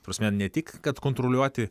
ta prasme ne tik kad kontroliuoti